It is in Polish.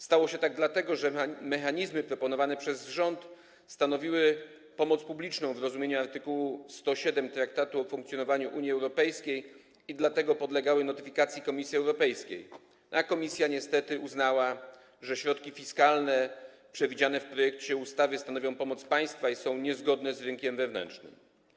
Stało się tak dlatego, że mechanizmy proponowane przez rząd stanowiły pomoc publiczną w rozumieniu art. 107 Traktatu o funkcjonowaniu Unii Europejskiej i dlatego podlegały notyfikacji Komisji Europejskiej, a Komisja niestety uznała, że środki fiskalne przewidziane w projekcie ustawy stanowią pomoc państwa i są niezgodne z funkcjonowaniem rynku wewnętrznego.